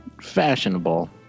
fashionable